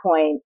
point